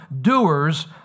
doers